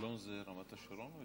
אלון זה רמת השרון?